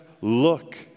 look